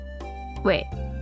Wait